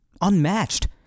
unmatched